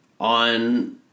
on